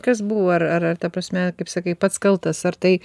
kas buvo ar ar ta prasme kaip sakai pats kaltas ar tai